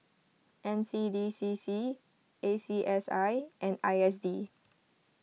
N C D C C A C S I and I S D